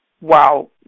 wow